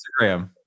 Instagram